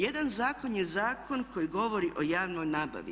Jedan zakon je zakon koji govori o javnoj nabavi.